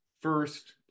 first